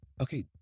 okay